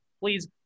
please